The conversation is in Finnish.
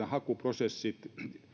hakuprosessit